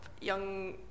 young